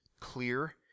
Clear